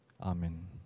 Amen